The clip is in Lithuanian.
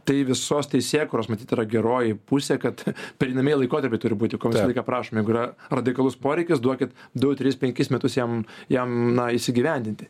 tai visos teisėkūros matyt yra geroji pusė kad pereinamieji laikotarpiai turi būti ko visą laiką prašom jeigu yra radikalus poreikis duokit du tris penkis metus jam jam na įsigyvendinti